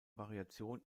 variation